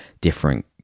different